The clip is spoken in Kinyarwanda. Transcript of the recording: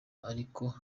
ariko